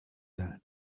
that